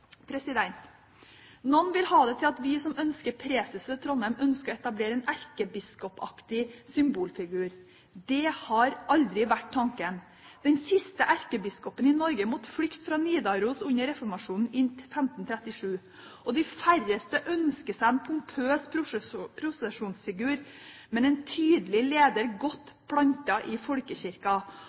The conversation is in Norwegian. Noen vil ha det til at vi som ønsker preses til Trondheim, ønsker å etablere en erkebiskopaktig symbolfigur. Det har aldri vært tanken. Den siste erkebiskopen i Norge måtte flykte fra Nidaros under reformasjonen i 1537. De færreste ønsker seg en pompøs prosesjonsfigur, man ønsker en tydelig leder godt plantet i